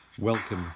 Welcome